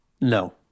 No